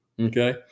Okay